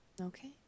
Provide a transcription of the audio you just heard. Okay